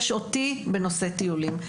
יש אותי בנושא טיולים,